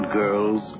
girls